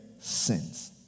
sins